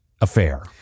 affair